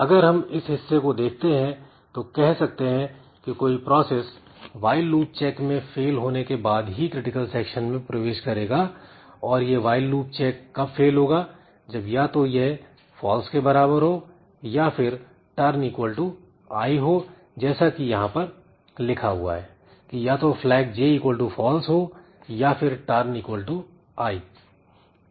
अगर हम इस हिस्से को देखते हैं तो कह सकते हैं कि कोई प्रोसेस व्हाईल लूप चेक में फेल होने के बाद ही क्रिटिकल सेक्शन में प्रवेश करेगा और यह व्हाईल लूप चेक कब फेल होगा जब या तो यह फॉल्स के बराबर हो या फिर turn i हो जैसा कि यहां पर लिखा हुआ है कि या तो flagj false हो या फिर turn i